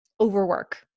overwork